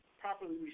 properly